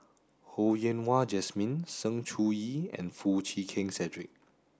Ho Yen Wah Jesmine Sng Choon Yee and Foo Chee Keng Cedric